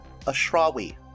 Ashrawi